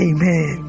Amen